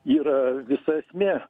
yra visa esmė